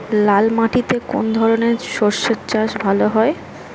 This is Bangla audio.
লাল মাটিতে কোন কোন শস্যের চাষ ভালো হয়?